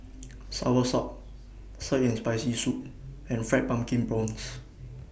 Soursop Sour and Spicy Soup and Fried Pumpkin Prawns